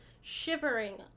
shivering